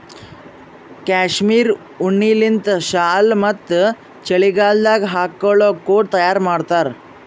cashmere ಉಣ್ಣಿಲಿಂತ್ ಶಾಲ್ ಮತ್ತ್ ಚಳಿಗಾಲದಾಗ್ ಹಾಕೊಳ್ಳ ಕೋಟ್ ತಯಾರ್ ಮಾಡ್ತಾರ್